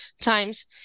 times